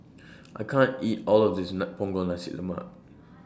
I can't eat All of This Punggol Nasi Lemak